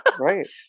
right